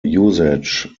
usage